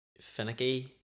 finicky